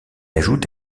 ajoute